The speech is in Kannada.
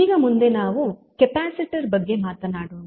ಈಗ ಮುಂದೆ ನಾವು ಕೆಪಾಸಿಟರ್ ಬಗ್ಗೆ ಮಾತನಾಡೋಣ